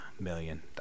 million